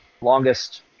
longest